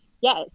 yes